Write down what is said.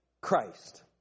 Christ